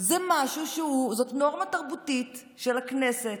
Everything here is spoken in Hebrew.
זאת נורמה תרבותית של הכנסת,